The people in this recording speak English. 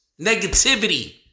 negativity